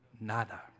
nada